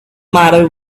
matter